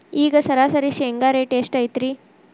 ಈಗ ಸರಾಸರಿ ಶೇಂಗಾ ರೇಟ್ ಎಷ್ಟು ಐತ್ರಿ?